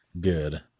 good